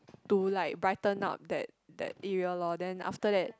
to like brighten up that that area lor then after that